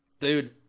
Dude